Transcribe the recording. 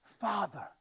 father